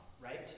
Right